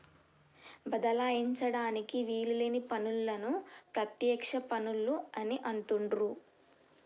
బదలాయించడానికి వీలు లేని పన్నులను ప్రత్యక్ష పన్నులు అని అంటుండ్రు